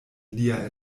lia